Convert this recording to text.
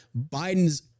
Biden's